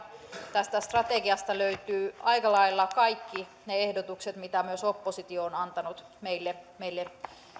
tästä strategiasta löytyvät aika lailla kaikki ne ehdotukset mitä myös oppositio on antanut meille meille